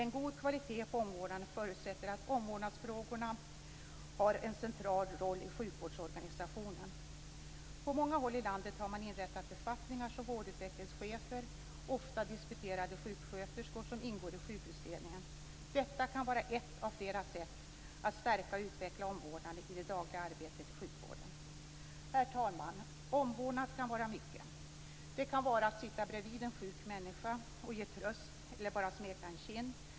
En god kvalitet på omvårdnaden förutsätter att omvårdnadsfrågorna har en central roll i sjukvårdsorganisationen. På många håll i landet har man inrättat befattningar som vårdutvecklingschefer, ofta disputerade sjuksköterskor, som ingår i sjukhusledningen. Detta kan vara ett av flera sätt att stärka och utveckla omvårdnaden i det dagliga arbetet i sjukvården. Herr talman! Omvårdnad kan vara mycket. Det kan vara att sitta bredvid en sjuk människa och ge tröst eller bara att smeka en kind.